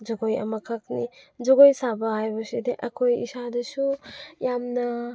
ꯖꯒꯣꯏ ꯑꯃꯈꯛꯅꯤ ꯖꯒꯣꯏ ꯁꯥꯕ ꯍꯥꯏꯕꯁꯤꯗꯤ ꯑꯩꯈꯣꯏ ꯏꯁꯥꯗꯁꯨ ꯌꯥꯝꯅ